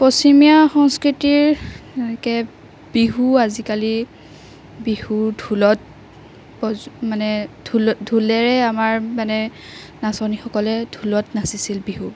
পশ্চিমীয়া সংস্কৃতিৰ যেনেকৈ বিহু আজিকালি বিহুৰ ঢোলত বজো মানে ঢোল ঢোলেৰে আমাৰ মানে নাচনিসকলে ঢোলত নাচিছিল বিহু